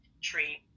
tree